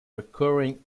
recurring